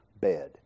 bed